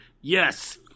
Yes